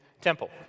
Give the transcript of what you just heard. temple